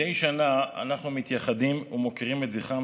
מדי שנה אנחנו מתייחדים ומוקירים את זכרם